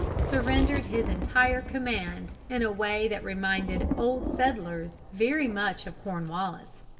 surrendered his entire command in a way that reminded old settlers very much of cornwallis.